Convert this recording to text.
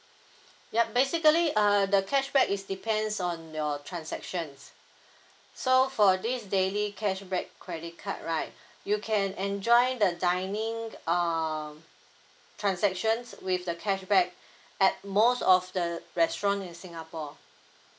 yup basically err the cashback is depends on your transactions so for this daily cashback credit card right you can enjoy the dining um transactions with the cashback at most of the restaurant in singapore